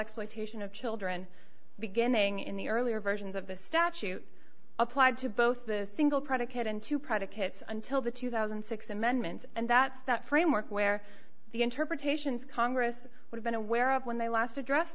exploitation of children beginning in the earlier versions of the statute applied to both the single predicate into predicates until the two thousand and six amendments and that's that framework where the interpretations congress we've been aware of when they last address